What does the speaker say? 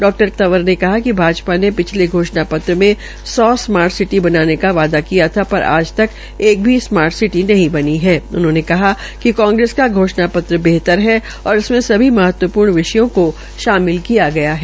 डा तंवर ने कहा कि भाजपा ने पिछले घोषणा पत्र में सौ स्मार्ट बनाने का वादा किया था पर आज तक एक भी स्मार्टसिटी नहीं बनी है उन्होंन कहा कि कांग्रेस का घोषणा पत्र बेहतर है और इसमें सभी महत्वपूर्ण विषयों को शामिल किया गया है